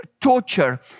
torture